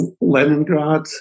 Leningrad